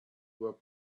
were